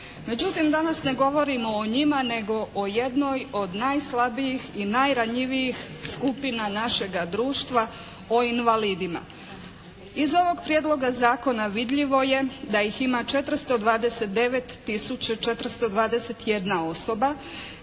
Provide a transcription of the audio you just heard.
Međutim, danas ne govorimo o njima nego o jednoj od najslabijih i najranjivijih skupina našega društva, o invalidima. Iz ovog prijedloga zakona vidljivo je da ih ima 429 tisuća